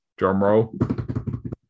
drumroll